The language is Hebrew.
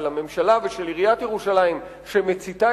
של הממשלה ושל עיריית ירושלים שמציתה